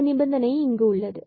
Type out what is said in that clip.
இந்த நிபந்தனை இங்கு உள்ளது